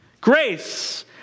Grace